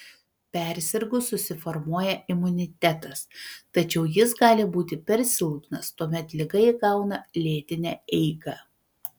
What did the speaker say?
persirgus susiformuoja imunitetas tačiau jis gali būti per silpnas tuomet liga įgauna lėtinę eigą